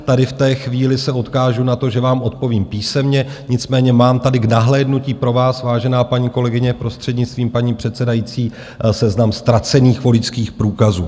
Tady v té chvíli se odkážu na to, že vám odpovím písemně, nicméně mám tady k nahlédnutí pro vás, vážená paní kolegyně prostřednictvím paní předsedající, seznam ztracených voličských průkazů.